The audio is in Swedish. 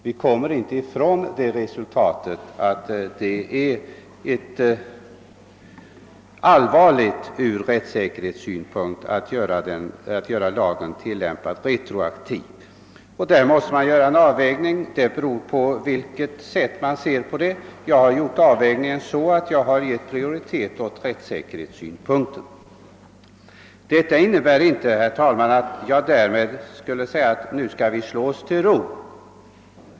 Vi kommer inte ifrån att det är allvarligt ur rättssäkersynpunkt att tillämpa lagen retroaktivt. Hur avvägningen utfaller beror på vilket synsätt man har. Jag har vid avvägningen givit prioritet åt rättssäkerhetssynpunkten. Det innebär inte, herr talman, att jag säger att vi därmed kan slå oss till ro.